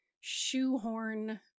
shoehorn